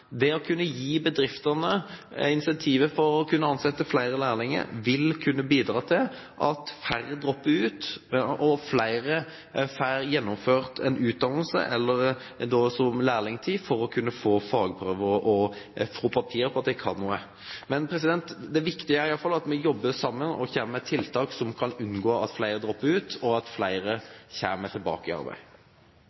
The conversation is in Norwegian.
Det å gi bedriftene et incentiv til å kunne ansette flere lærlinger vil bidra til at færre dropper ut og at flere får gjennomført en utdannelse, eller en lærlingtid for å få fagprøve og få papirer på at de kan noe. Men det viktige er iallfall at vi jobber sammen og kommer med tiltak slik at en unngår at flere dropper ut, og slik at flere